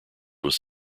was